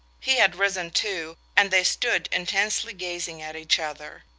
he had risen too, and they stood intensely gazing at each other.